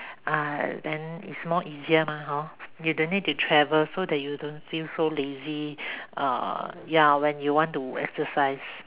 uh then it's more easier mah hor you don't need to travel so that you don't feel so lazy uh ya when you want to exercise